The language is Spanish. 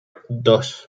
dos